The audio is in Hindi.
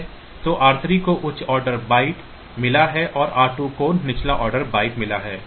तो r3 को उच्च ऑर्डर बाइट मिला है और r2 को निचला ऑर्डर बाइट मिला है